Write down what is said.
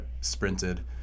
sprinted